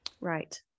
Right